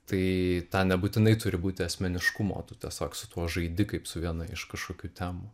tai tą nebūtinai turi būti asmeniškumo tu tiesiog su tuo žaidi kaip su viena iš kažkokių temų